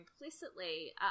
implicitly